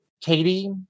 katie